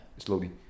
Slowly